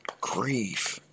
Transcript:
grief